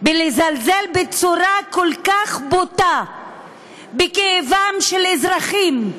לזלזל בצורה כל כך בוטה בכאבם של אזרחים,